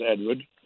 Edward